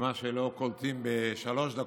מה שלא קולטים בשלוש דקות,